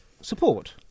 support